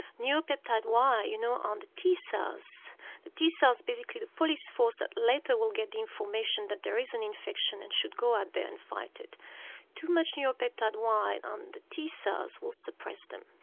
neuropeptide y you know on the t cells the t cells are basically the police force that later will get the information that there is an infection and should go out there and fight it too much neuropeptide y on the t cells will suppress them.